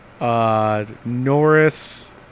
Norris